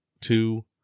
two